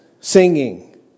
singing